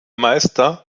meister